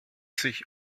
sich